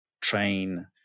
train